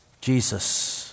Jesus